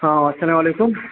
آ اسلام علیکُم